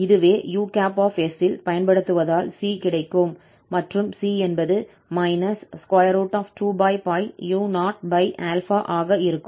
இதை us இல் பயன்படுத்துவதால் 𝑐 கிடைக்கும் மற்றும் c என்பது 2u0 ஆக இருக்கும்